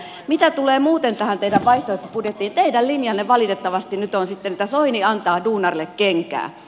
mitä tulee muuten tähän teidän vaihtoehtobudjettiinne teidän linjanne valitettavasti nyt on sitten että soini antaa duunarille kenkää